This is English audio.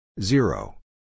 Zero